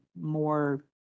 more